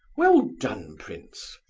well done, prince!